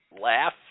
laugh